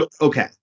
Okay